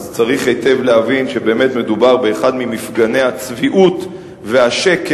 צריך היטב להבין שבאמת מדובר באחד ממפגני הצביעות והשקר